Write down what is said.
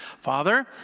Father